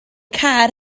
car